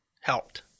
helped